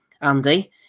Andy